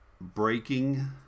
breaking